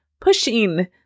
pushing